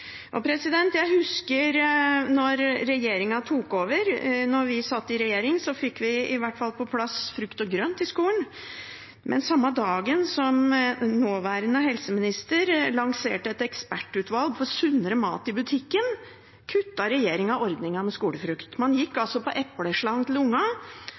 Jeg husker at da regjeringen vi satt i, tok over, fikk vi i hvert fall på plass frukt og grønt i skolen. Men samme dag som nåværende helseminister lanserte et ekspertutvalg for sunnere mat i butikken, kuttet regjeringen ordningen med skolefrukt. Man gikk